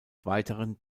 weiteren